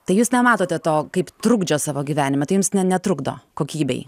tai jūs nematote to kaip trukdžio savo gyvenime tai jums ne netrukdo kokybei